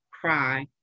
cry